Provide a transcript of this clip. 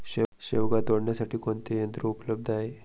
शेवगा तोडण्यासाठी कोणते यंत्र उपलब्ध आहे?